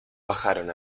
bajaron